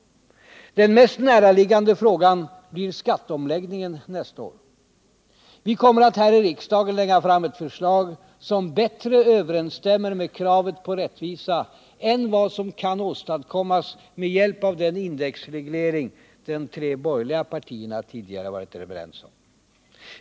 Den mest näraliggande frågan blir skatteomläggningen nästa år. Vi kommer att här i riksdagen lägga fram ett förslag som bättre överensstämmer med kravet på rättvisa än vad som kan åstadkommas med hjälp av den indexreglering de tre borgerliga partierna tidigare varit ense om.